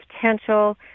potential